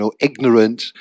ignorant